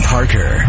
Parker